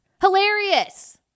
Hilarious